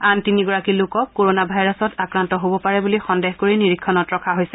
আন তিনিগৰাকী লোকক কৰোণা ভাইৰাছত আক্ৰান্ত হব পাৰে বুলি সন্দেহ কৰি নিৰীক্ষণত ৰখা হৈছে